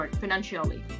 financially